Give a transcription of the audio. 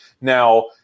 Now